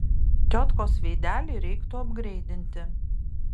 tiotkos veidelį reiktų apgreidinti